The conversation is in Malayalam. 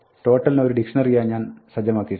Total ഒരു ഡിക്ഷ്ണറിയായി ഞാൻ സജ്ജമാക്കിയിട്ടുണ്ട്